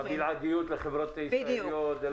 לא ברורה הבלעדיות לחברות ישראליות.